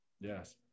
Yes